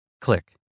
click